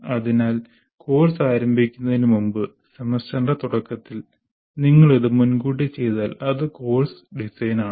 അതിനാൽ കോഴ്സ് ആരംഭിക്കുന്നതിന് മുമ്പ് സെമസ്റ്ററിന്റെ തുടക്കത്തിൽ നിങ്ങൾ അത് മുൻകൂട്ടി ചെയ്താൽ അത് കോഴ്സ് ഡിസൈനാണ്